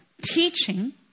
teaching